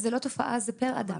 זו לא תופעה, זה פר אדם.